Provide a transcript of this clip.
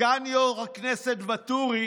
סגן יו"ר הכנסת ואטורי